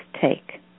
take